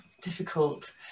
difficult